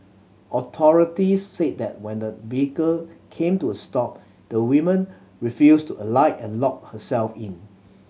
authorities said that when the vehicle came to a stop the woman refused to alight and locked herself in